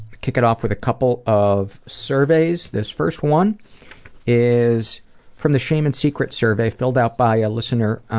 kick it off with a couple of surveys. this first one is from the shame and secrets survey filled out by a listener